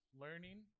learning